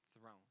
throne